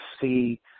see